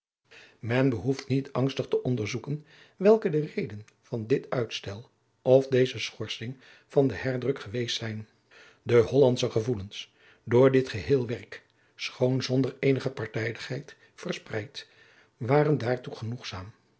men behoeft niet angstig te onderzoeken welke de reden van dit uitstel of deze schorsing van den herdruk geweest zijn de hollandsche gevoelens door dit geheel werk schoon zonder eenige partijdigheid verspreid waren daartoe genoegzaam